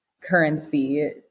currency